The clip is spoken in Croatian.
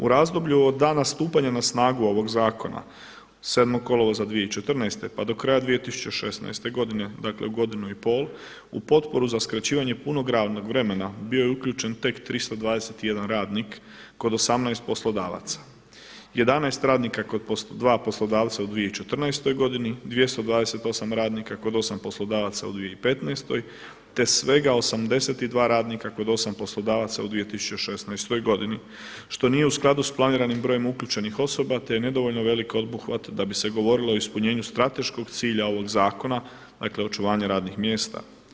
U razdoblju od dana stupanja na snagu ovog Zakona 7. kolovoza 2014. pa do kraja 2016. godine, dakle u godinu i pol, u potporu za skraćivanje punog radnog vremena bio je uključen tek 321 radnik kod 18 poslodavaca, 11 radnika kod 2 poslodavca u 2014. godini, 228 radnika kod 8 poslodavaca u 2015., te svega 82 radnika kod 8 poslodavaca u 2016. godini što nije u skladu sa planiranim brojem uključenih osoba, te je nedovoljno velik obuhvat da bi se govorilo o ispunjenju strateškog cilja ovog zakona, dakle očuvanja radnih mjesta.